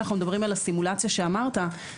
אם מדברים על הסימולציה שאמרת,